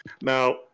Now